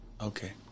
Okay